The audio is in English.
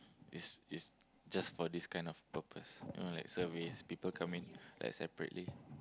is is just for this kind of purpose you know like surveys people come in like separately